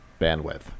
bandwidth